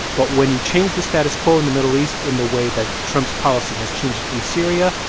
but when you change the status quo in the middle east in the way that trump's policy has changed it in syria,